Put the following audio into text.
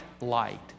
light